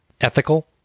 ethical